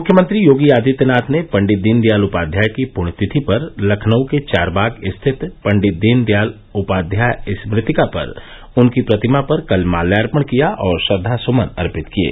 मुख्यमंत्री योगी आदित्यनाथ ने पंडित दीनदयाल उपाध्याय की पुण्यतिथि पर लखनऊ के चारबाग स्थित पंडित दीन दयाल उपाध्याय स्मृतिका पर उनकी प्रतिमा पर कल माल्यापण किया और श्रद्वासुमन अर्पित किये